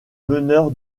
meneur